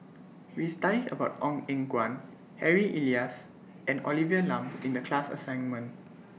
We studied about Ong Eng Guan Harry Elias and Olivia Lum in The class assignment